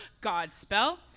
Godspell